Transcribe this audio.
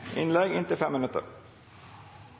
innlegg på inntil 5 minutter